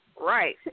Right